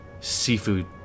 seafood